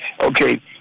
Okay